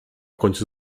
końcu